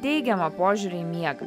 teigiamą požiūrį į miegą